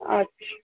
अच्छा